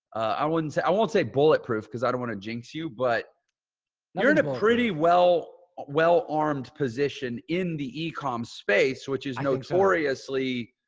i wouldn't say, i won't say bulletproof, cause i don't want to jinx you, but you're in a pretty well well-armed position in the e-com space, which is notoriously.